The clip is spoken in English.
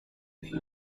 range